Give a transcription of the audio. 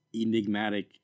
enigmatic